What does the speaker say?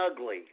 ugly